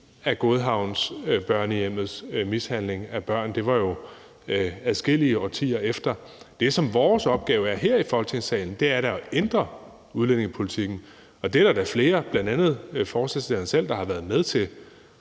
af børnehjemmet Godhavns mishandling af børn; det var jo adskillige årtier efter. Det, som vores opgave er her i Folketingssalen, er da at ændre udlændingepolitikken, og det er der da flere, bl.a. forslagsstillerne selv, der har været med til.